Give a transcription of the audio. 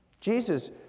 Jesus